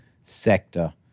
sector